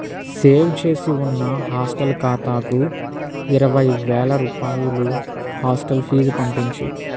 save చేసి ఉన్న hostel ఖాతాకు ఇరవై వేల రూపాయలు హాస్టల్ ఫీజు పంపించు